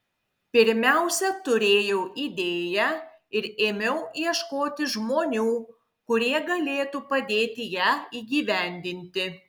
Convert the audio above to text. pirmiausia turėjau idėją ir ėmiau ieškoti žmonių kurie galėtų padėti ją įgyvendinti